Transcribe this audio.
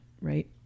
Right